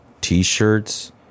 T-shirts